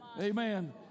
Amen